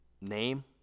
name